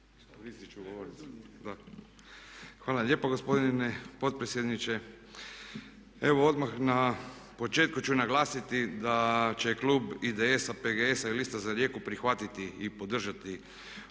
Hvala lijepa gospodine potpredsjedniče. Evo odmah na početku ću naglasiti da će Klub IDS-a, PGS-a i Lista za Rijeku prihvatiti i podržati ovo